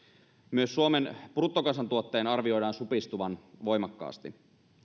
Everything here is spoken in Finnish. myös suomen bruttokansantuotteen arvioidaan supistuvan voimakkaasti